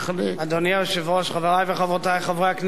אדוני היושב-ראש, חברי וחברותי חברי הכנסת,